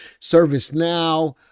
ServiceNow